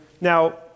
now